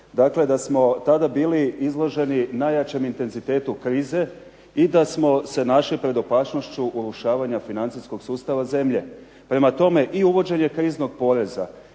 dakle da smo tada bili izloženi najjačem intenzitetu krize i da smo se našli pred opasnošću urušavanja financijskog sustava zemlje. Prema tome, i uvođenje kriznog poreza,